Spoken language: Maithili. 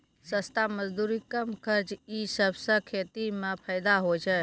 सस्ता मजदूरी, कम खर्च ई सबसें खेती म फैदा होय छै